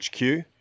HQ